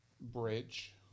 bridge